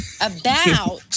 about-